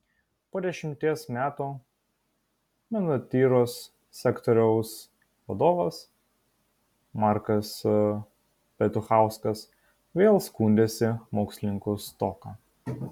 po dešimties metų menotyros sektoriaus vadovas markas petuchauskas vėl skundėsi mokslininkų stoka